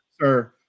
sir